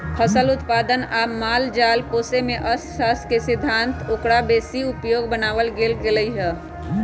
फसल उत्पादन आ माल जाल पोशेमे जे अर्थशास्त्र के सिद्धांत ओकरा बेशी उपयोगी बनाबे लेल लगाएल जाइ छइ